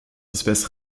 espèces